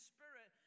Spirit